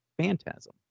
Phantasm